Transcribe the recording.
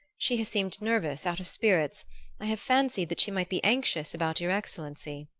she has seemed nervous, out of spirits i have fancied that she might be anxious about your excellency.